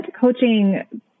coaching